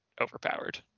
overpowered